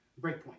Breakpoint